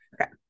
Okay